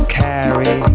carry